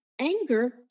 anger